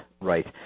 right